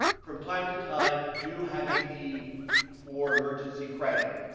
from time to time do have a need for emergency credit,